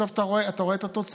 אבל בסוף אתה רואה את התוצאה.